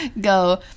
go